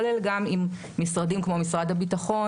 כולל גם עם משרדים כמו משרד הביטחון,